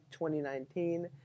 2019